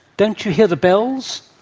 don't you hear the bells?